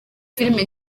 filime